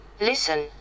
listen